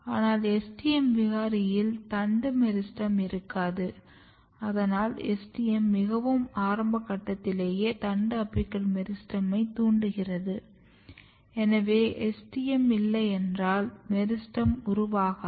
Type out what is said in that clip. ஆனால் STM விகாரியில் தண்டு மெரிஸ்டெம் இருக்காது அதனால் STM மிகவும் ஆரம்ப கட்டத்திலேயே தண்டு அபிக்கல் மெரிஸ்டெமை தூண்டுகிறது எனவே STM இல்லையென்றால் மெரிஸ்டெம் உருவாகாது